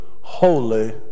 Holy